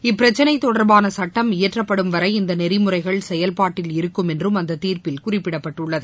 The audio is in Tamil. இப்பிரச்சிளை தொடர்பான சுட்டம் இயற்றப்படும் வரை இந்த நெறிமுறைகள் செயல்பாட்டில் இருக்கும் என்றும் அந்த தீர்ப்பில் குறிப்பிடப்பட்டுள்ளது